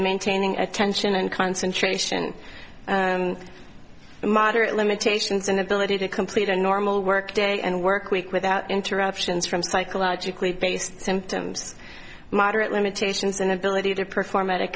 maintaining attention and concentration and moderate limitations inability to complete a normal work day and work week without interruptions from psychologically based symptoms moderate limitations inability to perform at a